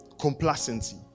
Complacency